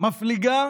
מפליגה